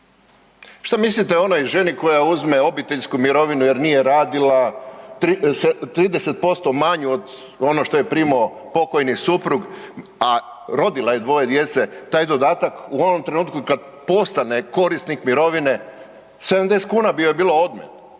Što mislite o onoj ženi koja uzme obiteljsku mirovinu jer nije radila 30% manju od onog što je primao pokojni suprug, a rodila je dvoje djece, taj dodatak u onom trenutku kada postane korisnik mirovine 70 kuna bilo joj bilo odmet